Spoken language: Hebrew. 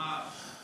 ממש.